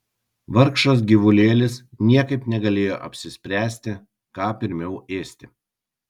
vargšas gyvulėlis niekaip negalėjo apsispręsti ką pirmiau ėsti